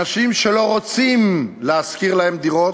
אנשים שלא רוצים להשכיר להם דירות,